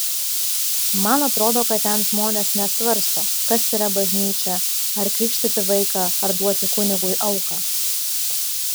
man atrodo kad ten žmonės nesvarsto kas yra bažnyčia ar krikštyti vaiką ar duoti kunigui auką